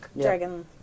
dragon